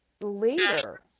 later